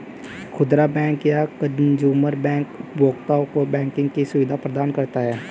खुदरा बैंक या consumer bank उपभोक्ताओं को बैंकिंग की सुविधा प्रदान करता है